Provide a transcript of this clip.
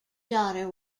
daughter